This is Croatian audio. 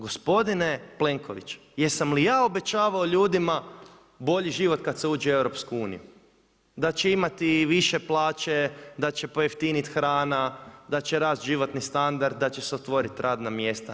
Gospodine Plenkoviću, jesam li ja obećavao ljudima bolji život kada se uđe u EU, da će imati više plaće, da će pojeftiniti hrana, da će rasti životni standard, da će se otvoriti radna mjesta?